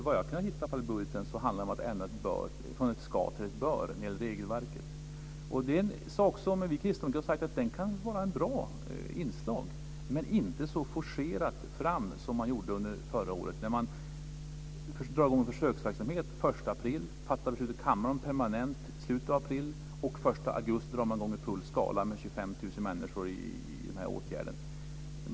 Vad jag har kunnat se i budgeten handlar det om att ändra från ett "ska" till ett "bör" när det gäller regelverket. Vi kristdemokrater har sagt att det är en sak som kan vara ett bra inslag. Men man ska inte forcera fram det så som man gjorde förra året. Man drog i gång en försöksverksamhet den 1 april, fattade beslut i kammaren om permanent verksamhet i slutet av april, och den 1 augusti drog man i gång i full skala med 25 000 människor i de här åtgärderna.